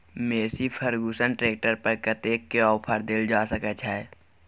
Massey Ferguson tractor पर कतेक के ऑफर देल जा सकै छै?